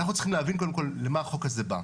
אנחנו צריכים להבין קודם כל למה החוק הזה בא.